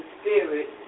Spirit